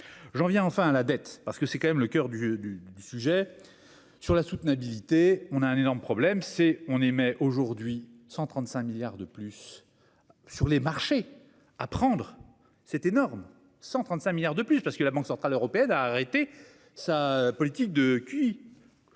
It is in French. J'en viens enfin la dette parce que c'est quand même le coeur du du du sujet. Sur la soutenabilité. On a un énorme problème c'est on aimait aujourd'hui 135 milliards de plus. Sur les marchés à prendre, c'est énorme 135 milliards de plus parce que la Banque centrale européenne a arrêté sa politique de qui.